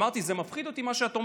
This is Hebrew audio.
אמרתי: זה מפחיד אותי, מה שאת אומרת,